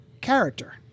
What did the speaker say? character